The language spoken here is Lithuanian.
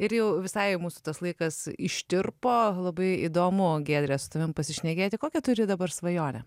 ir jau visai mūsų tas laikas ištirpo labai įdomu giedre su tavim pasišnekėti kokią turi dabar svajonę